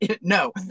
No